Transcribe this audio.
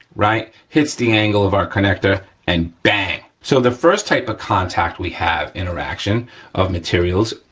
right? hits the angle of our connector, and bang. so, the first type of contact we have, interaction of materials,